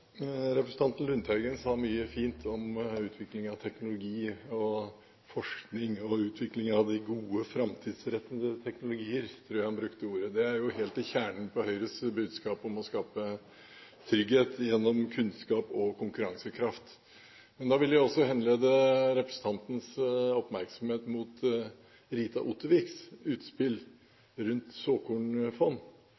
Representanten Lundteigen sa mye fint om utvikling av teknologi og forskning, om utvikling av de gode, framtidsrettede teknologier – tror jeg var de ordene han brukte. Det er jo helt i kjernen av Høyres budskap om å skape trygghet gjennom kunnskap og konkurransekraft. Da vil jeg også henlede representantens oppmerksomhet mot Rita Otterviks utspill